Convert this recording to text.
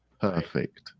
perfect